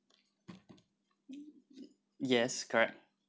yes correct